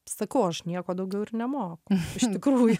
sakau aš nieko daugiau ir nemoku iš tikrųjų